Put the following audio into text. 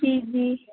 جی جی